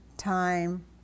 Time